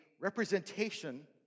representation